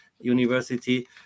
University